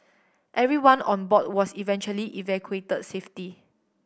everyone on board was eventually evacuated safety